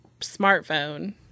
smartphone